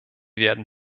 werden